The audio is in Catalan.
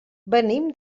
venim